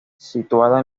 situada